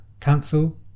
cancel